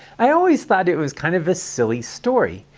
i always thought it was kind of a silly story.